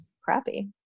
crappy